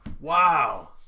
Wow